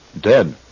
Dead